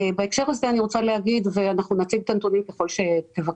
בהקשר הזה אני רוצה להגיד ואנחנו נציג את הנתונים ככל שתבקשי,